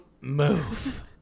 move